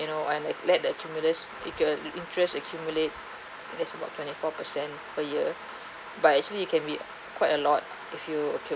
you know and like let the cumulous inter~ interest accumulate and that's about twenty four percent per year but actually it can be quite a lot if you